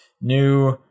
new